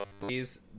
Please